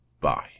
Bye